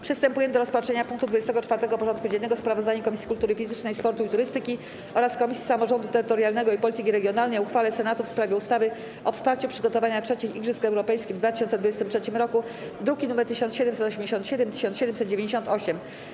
Przystępujemy do rozpatrzenia punktu 24. porządku dziennego: Sprawozdanie Komisji Kultury Fizycznej, Sportu i Turystyki oraz Komisji Samorządu Terytorialnego i Polityki Regionalnej o uchwale Senatu w sprawie ustawy o wsparciu przygotowania III Igrzysk Europejskich w 2023 roku (druki nr 1787 i 1798)